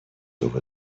over